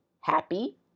happy